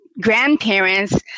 grandparents